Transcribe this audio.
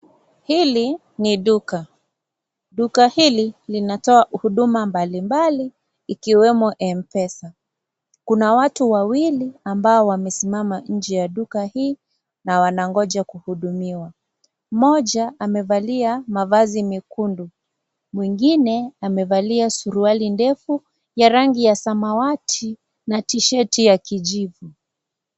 Hili ni duka, duka hili linatoa huduma mbalimbali ikiwemo Mpesa, kuna watu wawili ambao wamesimama nje ya duka hii na wanangoja kuhudumiwa, mmoja amevalia mavazi mekundu mwingine amevalia suruali ndefu ya rangi ya samawati na tishati ya kijivu.